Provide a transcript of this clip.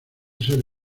ser